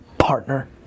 Partner